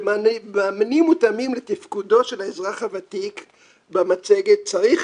במענים המותאמים לתפקודו של האזרח הוותיק במצגת צריך